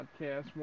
podcast